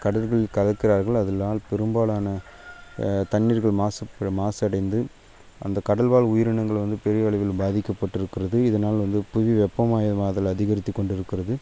கடலில் கலக்கிறார்கள் அதனால் பெரும்பாலான தண்ணீர்கள் மாசுப்ப மாசடைந்து அந்த கடல் வாழ் உயிரினங்களை வந்து பெரிய அளவில் பாதிக்கப்பட்டு இருக்கிறது இதனால் வந்து புவி வெப்பமயமாதல் அதிகரித்துக் கொண்டிருக்கிறது